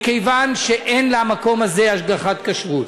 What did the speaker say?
מכיוון שאין למקום הזה השגחת כשרות.